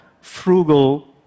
frugal